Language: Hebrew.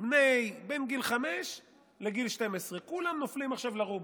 בין גיל 5 לגיל 12, וכולם נופלים עכשיו ברובריקה.